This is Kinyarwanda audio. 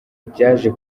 byaje